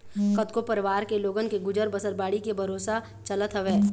कतको परवार के लोगन के गुजर बसर बाड़ी के भरोसा चलत हवय